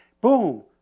Boom